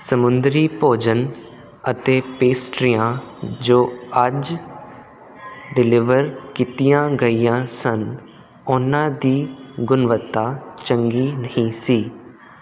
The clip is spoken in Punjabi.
ਸਮੁੰਦਰੀ ਭੋਜਨ ਅਤੇ ਪੇਸਟਰੀਆਂ ਜੋ ਅੱਜ ਡਿਲੀਵਰ ਕੀਤੀਆਂ ਗਈਆਂ ਸਨ ਉਨ੍ਹਾਂ ਦੀ ਗੁਣਵੱਤਾ ਚੰਗੀ ਨਹੀਂ ਸੀ